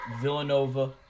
Villanova